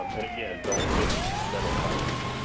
and again, don't mix metal types.